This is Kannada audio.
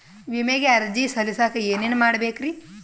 ವಿಮೆಗೆ ಅರ್ಜಿ ಸಲ್ಲಿಸಕ ಏನೇನ್ ಮಾಡ್ಬೇಕ್ರಿ?